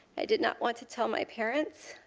i did not want to tell my parents.